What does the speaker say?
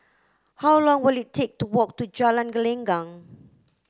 how long will it take to walk to Jalan Gelenggang